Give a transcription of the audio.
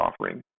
offering